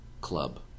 club